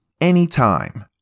anytime